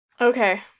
Okay